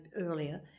earlier